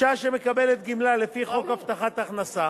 הקיים אשה שמקבלת גמלה לפי חוק הבטחת הכנסה